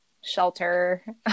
shelter